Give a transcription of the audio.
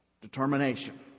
Determination